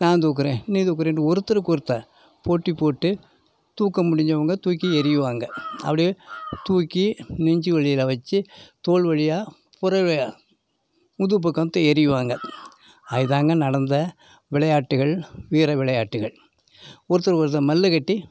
நான் தூக்குகிறேன் நீ தூக்குகிறேன்ட்டு ஒருத்தருக்கு ஒருத்தர் போட்டி போட்டு தூக்க முடிந்தவங்க தூக்கி எறியுவாங்க அப்படியே தூக்கி நெஞ்சிகுழியில வச்சு தோல் வழியா புற முதுகு பக்கம் தூக்கி எறியுவாங்க அதுதாங்க நடந்த விளையாட்டுகள் வீர விளையாட்டுகள் ஒருத்தருக்கு ஒருத்தர் மல்லுக்கட்டி